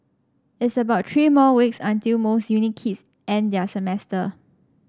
it's about three more weeks until most uni kids end their semester